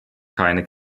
keine